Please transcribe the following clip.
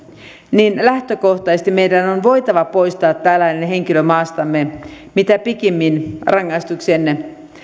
niin lähtökohtaisesti meidän on voitava poistaa tällainen henkilö maastamme mitä pikimmin rangaistuksen